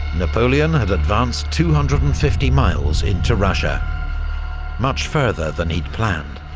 napoleon had advanced two hundred and fifty miles into russia much further than he'd planned.